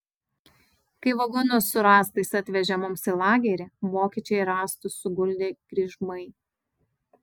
kai vagonus su rąstais atvežė mums į lagerį vokiečiai rąstus suguldė kryžmai